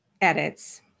edits